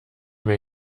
mir